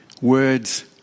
words